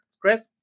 Chris